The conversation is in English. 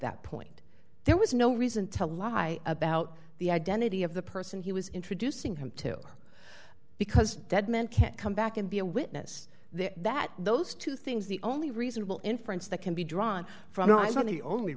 that point there was no reason to lie about the identity of the person he was introducing him to because dead men can't come back and be a witness there that those two things the only reasonable inference that can be drawn from not is not the only